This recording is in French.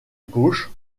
gauche